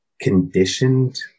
conditioned